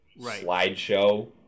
slideshow